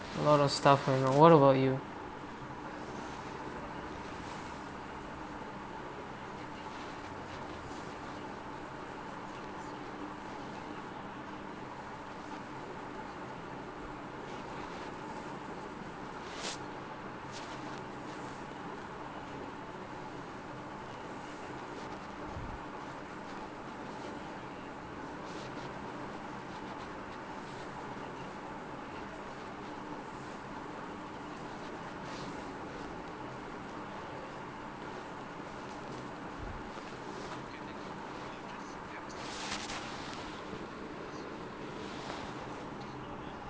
a lot of stuff and uh what about you